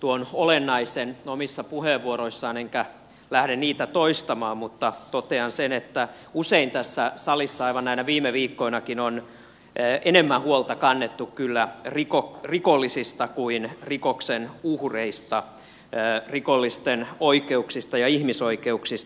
tuon olennaisen omissa puheenvuoroissaan enkä lähde niitä toistamaan mutta totean sen että usein tässä salissa aivan näinä viime viikkoinakin on enemmän huolta kannettu kyllä rikollisista kuin rikoksen uhreista rikollisten oikeuksista ja ihmisoikeuksista